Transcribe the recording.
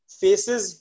faces